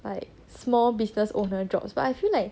like small business owner jobs but I feel like